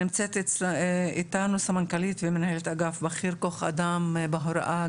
נמצאת איתנו סמנכ"לית ומנהל אגף בכיר כוח אדם בהוראה,